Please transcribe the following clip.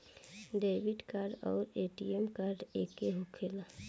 Debit card आउर ATM card एके होखेला?